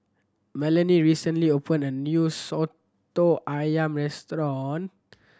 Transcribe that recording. Melonie recently opened a new Soto Ayam restaurant